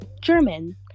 German